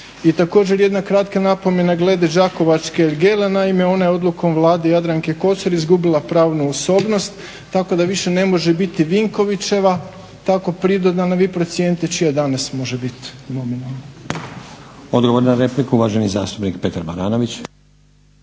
I također jedna kratka napomena glede đakovačke ergele, naime ona je odlukom Vlade Jadranke Kosor izgubila pravnu osobnost tako da više ne može biti Vinkovićeva tako pridodana, vi procijenite čija danas može biti ….